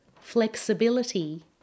Flexibility